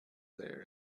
there